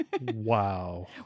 Wow